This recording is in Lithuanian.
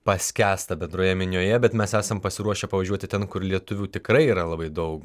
paskęsta bendroje minioje bet mes esam pasiruošę pavažiuoti ten kur lietuvių tikrai yra labai daug